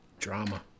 drama